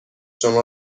شما